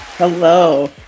Hello